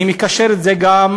אני מקשר את זה גם,